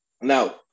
Now